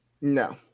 No